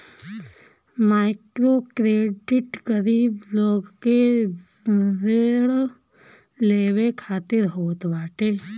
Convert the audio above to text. microcredit गरीब लोग के ऋण लेवे खातिर होत बाटे